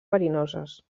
verinoses